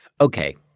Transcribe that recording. Okay